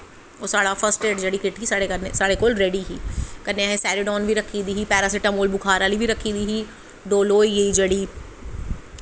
first aid kit ही ओह् रड़ी ही कन्नै असें सैराडोन रक्खी दी पैरासिटामोल रक्खी दी ही डोलो होई गेई जेह्ड़ी